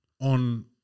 on